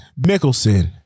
Mickelson